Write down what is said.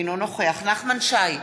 אינו נוכח נחמן שי,